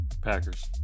Packers